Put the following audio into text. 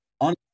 on